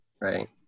right